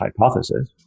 hypothesis